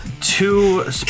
two